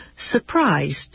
Surprised